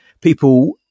people